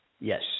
yes